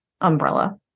umbrella